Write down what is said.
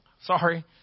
Sorry